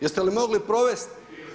Jeste li mogli provesti?